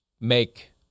make